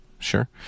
Sure